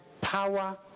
power